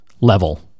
level